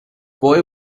boy